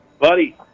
Buddy